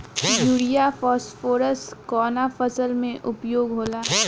Urea phosphorus कवना फ़सल में उपयोग होला?